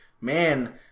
man